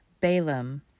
Balaam